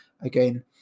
again